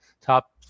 top